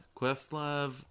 Questlove